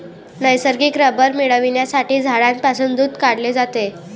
नैसर्गिक रबर मिळविण्यासाठी झाडांपासून दूध काढले जाते